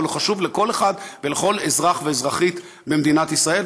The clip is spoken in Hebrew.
אבל הוא חשוב לכל אחד ולכל אזרח ואזרחית במדינת ישראל,